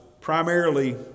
primarily